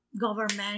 government